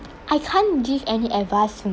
I can't give any advice